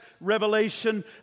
revelation